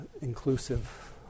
inclusive